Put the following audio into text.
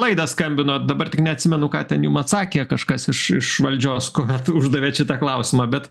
laidą skambinot dabar tik neatsimenu ką ten jum atsakė kažkas iš iš valdžios kuomet uždavėt šitą klausimą bet